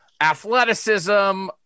athleticism